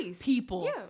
people